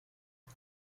ist